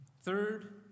Third